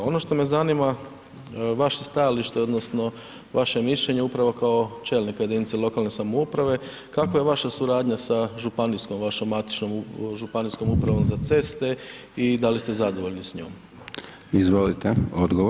A ono što me zanima, vaše stajalište odnosno vaše mišljenje upravo kao čelnika jedinice lokalne samouprave, kakva je vaša suradnja sa županijskom vašom matičnom županijskom upravom za ceste i da li ste zadovoljni s njom?